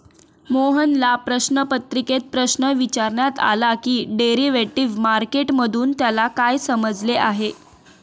मोहनला प्रश्नपत्रिकेत प्रश्न विचारण्यात आला की डेरिव्हेटिव्ह मार्केट मधून त्याला काय समजले आहे?